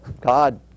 God